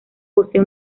posee